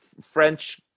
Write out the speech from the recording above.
French